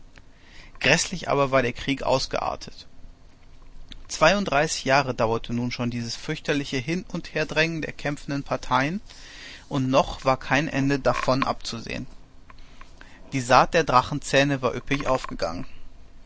gräßlich aber war der krieg ausgeartet zweiunddreißig jahre dauerte nun schon dieses fürchterliche hin und herdrängen der kämpfenden parteien und noch war kein ende davon abzusehen die saat der drachenzähne war üppig aufgegangen